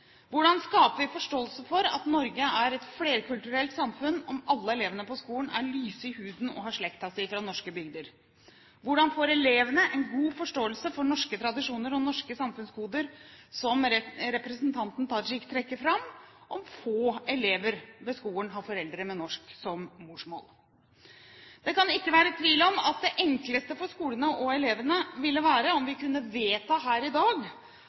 Hvordan skaper vi forståelse for at Norge er et flerkulturelt samfunn om alle elevene på skolen er lyse i huden og har slekta si fra norske bygder? Hvordan får elevene en god forståelse for norske tradisjoner og norske samfunnskoder, som representanten Tajik trekker fram, om få elever ved skolen har foreldre med norsk som morsmål? Det kan ikke være tvil om at det enkleste for skolene og elevene ville være om vi kunne vedta her i dag